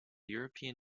european